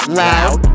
loud